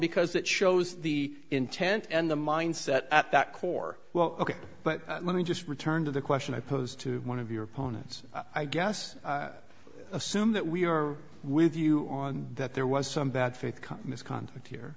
because it shows the intent and the mindset at that core well ok but let me just return to the question i posed to one of your opponents i guess assume that we are with you on that there was some bad faith come misconduct